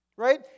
right